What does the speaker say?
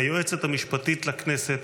היועצת המשפטית לכנסת